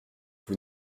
vous